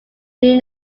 new